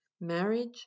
marriage